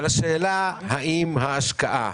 אבל השאלה היא האם ההשקעה